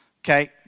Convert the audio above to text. okay